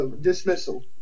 dismissal